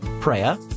prayer